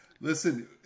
Listen